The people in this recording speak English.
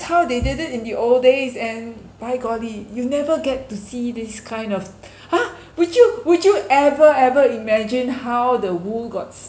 how they did it in the old days and by golly you never get to see this kind of !huh! would you would you ever ever imagine how the wool got